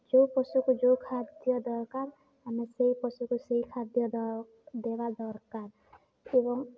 ଯେଉଁ ପଶୁକୁ ଯେଉଁ ଖାଦ୍ୟ ଦରକାର ଆମେ ସେହି ପଶୁକୁ ସେହି ଖାଦ୍ୟ ଦେବା ଦରକାର ଏବଂ